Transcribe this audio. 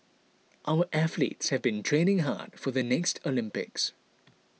our athletes have been training hard for the next Olympics